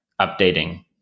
updating